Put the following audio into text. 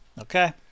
Okay